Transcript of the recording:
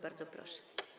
Bardzo proszę.